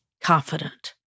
confident